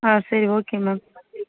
ஆ சரி okay ma'am